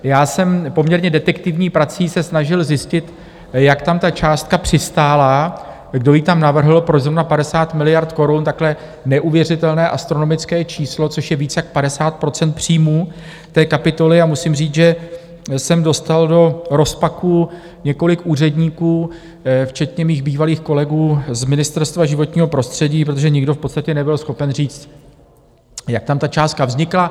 Já jsem poměrně detektivní prací se snažil zjistit, jak tam ta částka přistála, kdo ji tam navrhl, proč zrovna 50 miliard korun, takhle neuvěřitelné astronomické číslo, což je víc jak 50 % příjmů té kapitoly, a musím říct, že jsem dostal do rozpaků několik úředníků včetně svých bývalých kolegů z Ministerstva životního prostředí, protože nikdo v podstatě nebyl schopen říct, jak tam ta částka vznikla.